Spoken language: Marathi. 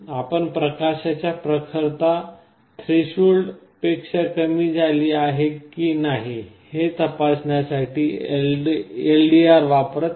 आपण प्रकाशाची प्रखरता थ्रेशोल्ड पेक्षा कमी झाली आहे की नाही हे तपासण्यासाठी LDR वापरत आहे